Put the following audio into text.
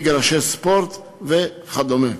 במגרשי ספורט וכדומה.